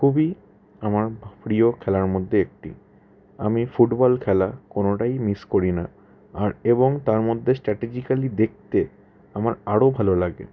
খুবই আমার প্রিয় খেলার মধ্যে একটি আমি ফুটবল খেলা কোনোটাই মিস করি না আর এবং তার মধ্যে স্টাটেজিক্যালি দেখতে আমার আরও ভালো লাগে